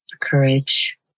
courage